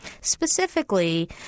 specifically